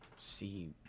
see